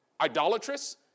idolatrous